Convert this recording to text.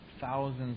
thousands